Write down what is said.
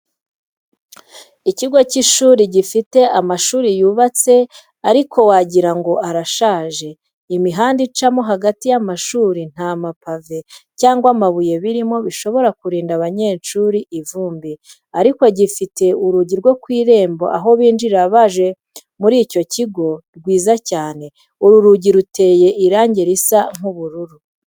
Ikigo cy'ishuri gifite amashuri yubatse ariko wagira ngo arashaje, imihanda icamo hagati y'amashuri nta mapave cyangwa amabuye birimo bishobora kurinda abanyeshuri ivumbi ariko gifite urugi rwo ku irembo aho binjirira baje muri icyo kigo rwiza cyane. Uru rugi ruteye irangi risa nk'ubururu.